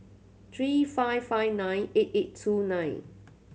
three five five nine eight eight two nine